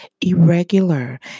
irregular